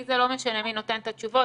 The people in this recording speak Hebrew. לי זה לא משנה מי נותן את התשובות,